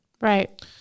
Right